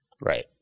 Right